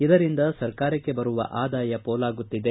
ಇದರಿಂದ ಸರ್ಕಾರಕ್ಕೆ ಬರುವ ಆದಾಯ ಪೋಲಾಗುತ್ತಿದೆ